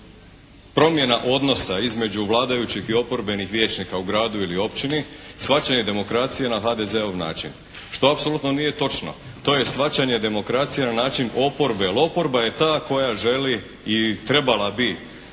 promjena odnosa između vladajućih i oporbenih vijećnika u gradu ili općini shvaćanje demokracije na HDZ-ov način što apsolutno nije točno. To je shvaćanje demokracije na način oporbe, jer oporba je ta koja želi i trebala bi